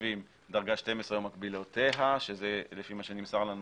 תושבים דרגה 12 ומקבילותיה, שזה לפי מה שנמסר לנו